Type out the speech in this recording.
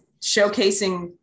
showcasing